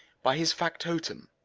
by his factotum,